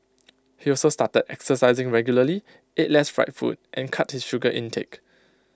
he also started exercising regularly ate less fried food and cut his sugar intake